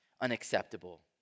unacceptable